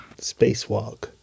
Spacewalk